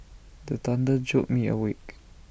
the thunder jolt me awake